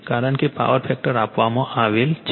કારણ કે power factor આપવામાં આવેલ છે